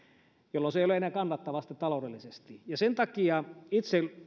jolloin se ei ole enää kannattavaa taloudellisesti sen takia itse